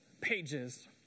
pages